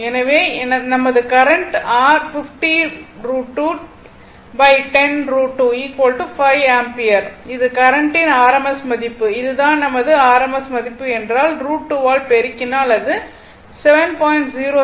எனவே எனது current r 50 √2 10 √2 5 ampere இது கரண்ட்டின் rms மதிப்பு இது தான் நமது rms மதிப்பு என்றால் √ 2 ஆல் பெருக்கினால் அது 7